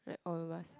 like all of us